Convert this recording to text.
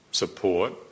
Support